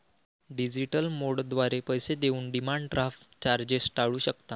digital मोडद्वारे पैसे देऊन डिमांड ड्राफ्ट चार्जेस टाळू शकता